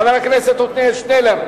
חבר הכנסת עתניאל שנלר,